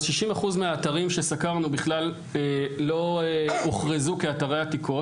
אז 60% מהאתרים שסקרנו בכלל לא הוכרזו כאתרי עתיקות.